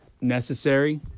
necessary